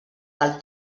del